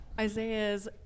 Isaiah's